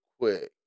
quick